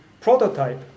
prototype